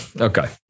okay